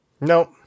Nope